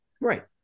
Right